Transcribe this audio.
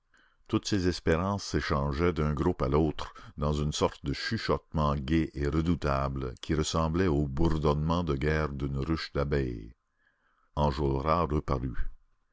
toutes ces espérances s'échangeaient d'un groupe à l'autre dans une sorte de chuchotement gai et redoutable qui ressemblait au bourdonnement de guerre d'une ruche d'abeilles enjolras reparut